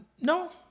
no